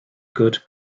good